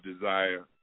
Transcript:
desire